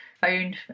phone